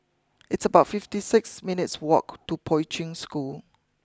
it's about fifty six minutes' walk to Poi Ching School